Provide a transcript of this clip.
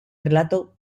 relato